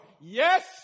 Yes